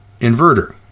inverter